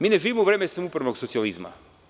Mi ne živimo u vreme samoupravnog socijalizma.